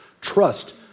trust